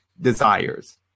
desires